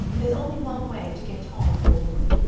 there's only one way to get on for a woman,